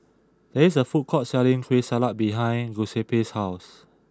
there is a food court selling Kueh Salat behind Giuseppe's house